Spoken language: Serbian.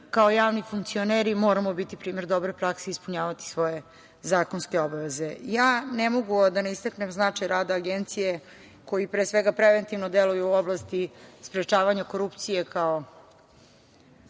kao javni funkcioneri moramo biti primer dobroj praski i ispunjavati svoje zakonske obaveze. Ne mogu a da ne istaknem značaja rada Agencije koji pre svega preventivno deluje u oblasti sprečavanja korupcije kao